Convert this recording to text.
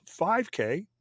5K